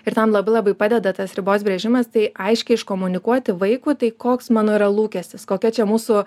ir tam labai labai padeda tas ribos brėžimas tai aiškiai iškomunikuoti vaikui tai koks mano yra lūkestis kokia čia mūsų